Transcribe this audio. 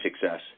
success